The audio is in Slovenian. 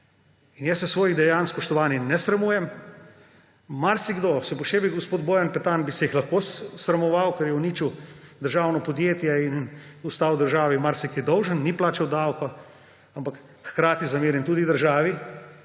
Jaz se svojih dejanj, spoštovani, ne sramujem. Marsikdo, še posebej gospod Bojan Petan, bi se jih lahko sramoval, ker je uničil državno podjetje in ostal državi marsikaj dolžen, ni plačal davka, ampak hkrati zamerim tudi državi,